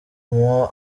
moi